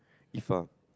Iffah